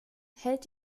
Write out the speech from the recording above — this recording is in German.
hält